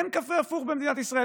אין קפה הפוך במדינת ישראל,